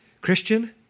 Christian